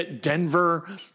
Denver